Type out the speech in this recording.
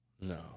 No